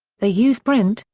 they use print,